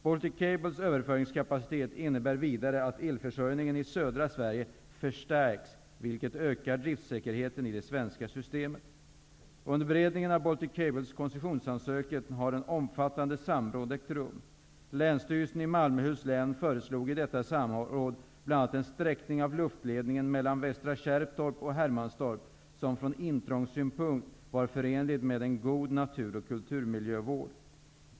Baltic Cables överföringskapacitet innebär vidare att elförsörjningen i södra Sverige förstärks, vilket ökar driftsäkerheten i det svenska systemet. Under beredningen av Baltic Cables koncessionsansökan har ett omfattande samråd ägt rum. Länsstyrelsen i Malmöhus län föreslog i detta samråd bl.a. en sträckning av luftledningen mellan Västra Kärrtorp och Hermanstorp som från intrångssynpunkt var förenlig med en god naturoch kulturmiljövård.